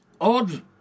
odd